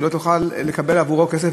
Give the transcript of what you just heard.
היא לא תוכל לקבל עבורו כסף,